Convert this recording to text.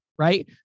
right